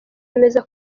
yemeza